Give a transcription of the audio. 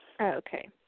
Okay